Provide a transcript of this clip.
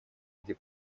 где